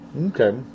Okay